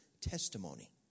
testimony